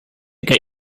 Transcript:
get